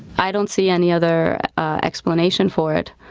i don't see any other explanation for it.